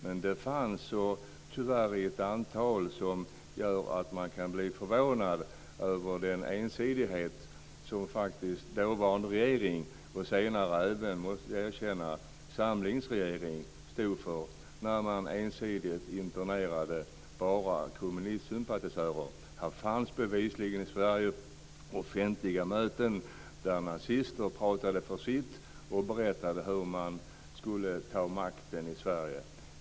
Men det fanns andra, och tyvärr i ett antal som gör att man kan bli förvånad över den ensidighet som den dåvarande regeringen, och senare även samlingsregeringen, det måste jag erkänna, stod för när man ensidigt internerade bara kommunistsympatisörer. Det fanns bevisligen i Sverige offentliga möten där nazister pratade för sitt, och berättade hur man skulle ta makten i Sverige.